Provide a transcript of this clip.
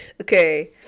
Okay